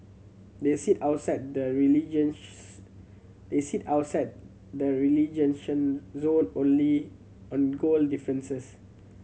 they sit outside the they sit outside the zone only on goal differences